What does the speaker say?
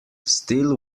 still